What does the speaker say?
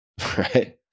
Right